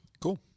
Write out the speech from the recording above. Cool